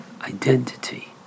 identity